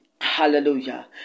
Hallelujah